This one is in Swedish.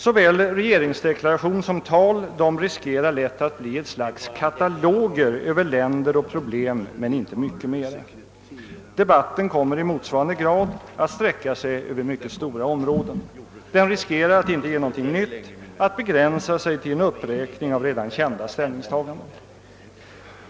Såväl regeringsdeklaration som anföranden riskerar lätt att bli ett slags kataloger över länder och problem men inte mycket mera. Debatten kommer att sträcka sig över mycket stora områden och riskerar att inte ge någonting nytt utan begränsa sig till en uppräkning av redan kända ställningstaganden.